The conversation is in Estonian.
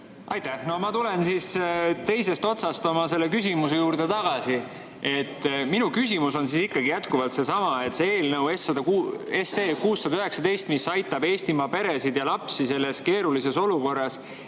Aitäh! No ma tulen siis teisest otsast oma küsimuse juurde tagasi. Minu küsimus on ikkagi seesama, eelnõu 619, mis aitab Eestimaa peresid ja lapsi selles keerulises olukorras.